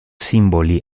simboli